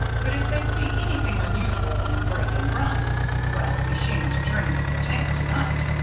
but if they see anything unusual and break, and run well, we shan't drink at the tank to-night.